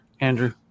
Andrew